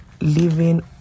Living